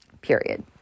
period